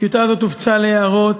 הטיוטה הזאת הופצה להערות.